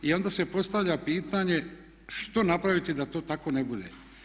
I onda se postavlja pitanje što napraviti da to tako ne bude?